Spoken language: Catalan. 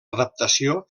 adaptació